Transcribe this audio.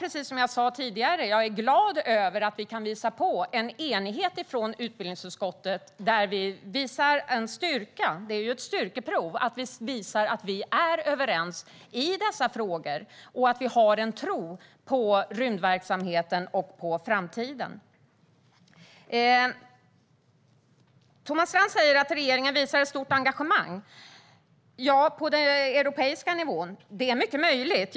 Precis som jag sa tidigare är jag glad över att vi kan visa på en enighet i utbildningsutskottet. Det är en styrka att vi kan visa att vi är överens i dessa frågor och att vi har en tro på rymdverksamheten och på framtiden. Thomas Strand säger att regeringen visar ett stort engagemang på den europeiska nivån. Ja, det är mycket möjligt.